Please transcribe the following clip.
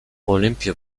olympia